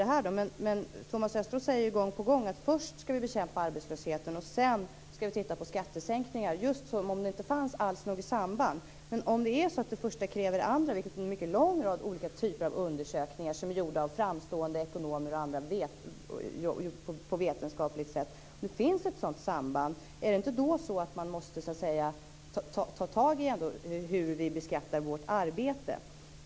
Thomas Östros säger gång på gång att vi först skall bekämpa arbetslösheten och sedan titta på skattesänkningar, just som om det inte alls fanns något samband. Måste man inte om det första kräver det andra - vilket en mycket lång rad av undersökningar gjorda av framstående ekonomer på vetenskapligt sätt tyder på - ta tag i frågan om hur vi beskattar arbete?